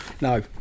no